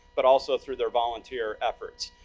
but also through their volunteer efforts.